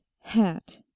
Hat